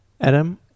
Adam